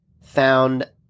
found